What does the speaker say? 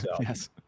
Yes